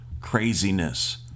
craziness